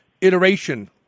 iteration